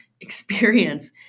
experience